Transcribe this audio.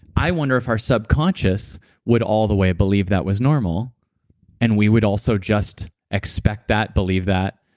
i wonder if our subconscious would all the way believe that was normal and we would also just expect that, believe that,